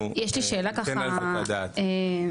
יש לי שאלה ככה אינפורמטיבית,